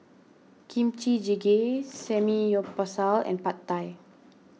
Kimchi Jjigae Samgeyopsal and Pad Thai